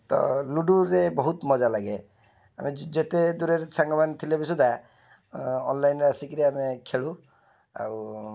ତ ଲୁଡ଼ୁରେ ବହୁତ ମଜା ଲାଗେ ଯେତେ ଦୂରରେ ସାଙ୍ଗମାନେ ଥିଲେ ବି ସୁଦ୍ଧା ଅନ୍ଲାଇନ୍ରେ ଆସିକରି ଆମେ ଖେଳୁ ଆଉ